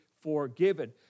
forgiven